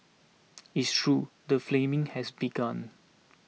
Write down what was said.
it's true the flaming has begun